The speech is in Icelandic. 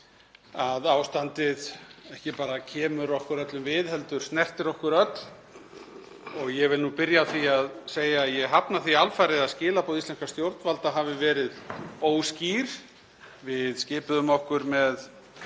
að ástandið kemur ekki bara okkur öllum við heldur snertir okkur öll. Ég vil byrja á því að segja að ég hafna því alfarið að skilaboð íslenskra stjórnvalda hafi verið óskýr. Við skipuðum okkur með